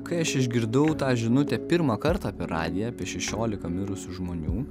kai aš išgirdau tą žinutę pirmą kartą per radiją apie šešiolika mirusių žmonių